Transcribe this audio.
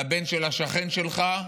לבן של השכן שלך,